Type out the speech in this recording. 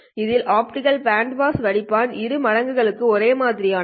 இது optical band pass வடிப்பான் இன் மடங்குகளுக்கு ஒரே மாதிரியானவை